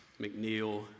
McNeil